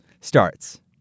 starts